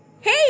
Hey